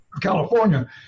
California